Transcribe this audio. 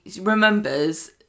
remembers